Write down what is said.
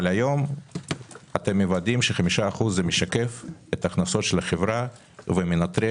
אבל היום אתם מוודאים ש-5% משקף את ההכנסות של החברה ומנטרל